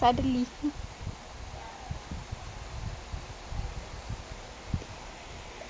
suddenly